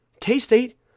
K-State